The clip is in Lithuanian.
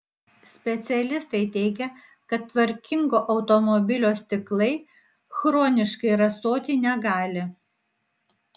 specialistai teigia kad tvarkingo automobilio stiklai chroniškai rasoti negali